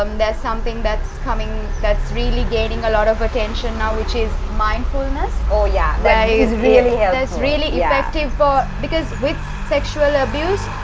um there's something that's coming, that's really gaining a lot of attention now which is, mindfulness. oh yeah that is really. ah it's really effective for. because, with sexual abuse,